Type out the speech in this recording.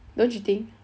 don't you think